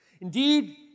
Indeed